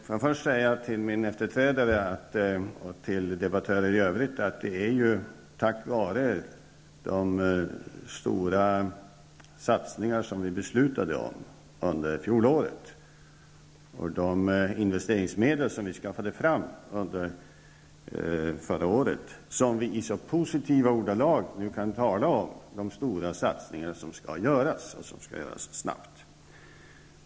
Först vill jag säga till min efterträdare och till de övriga debattörerna att det är ju tack vare de stora satsningar som vi beslutade om under fjolåret och de investeringsmedel som vi skaffade fram under förra året som vi i så positiva ordalag nu kan tala om de stora satsningar som skall göras och göras snart.